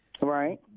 right